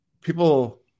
people